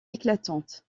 éclatante